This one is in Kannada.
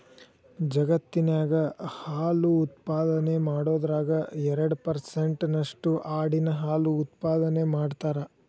ಜಗತ್ತಿನ್ಯಾಗ ಹಾಲು ಉತ್ಪಾದನೆ ಮಾಡೋದ್ರಾಗ ಎರಡ್ ಪರ್ಸೆಂಟ್ ನಷ್ಟು ಆಡಿನ ಹಾಲು ಉತ್ಪಾದನೆ ಮಾಡ್ತಾರ